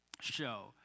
show